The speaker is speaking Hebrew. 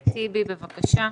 חבר הכנסת טיבי, בבקשה.